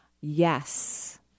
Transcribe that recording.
Yes